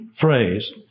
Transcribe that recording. phrase